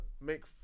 make